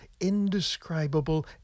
indescribable